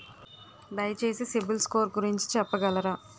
దయచేసి సిబిల్ స్కోర్ గురించి చెప్పగలరా?